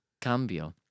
Cambio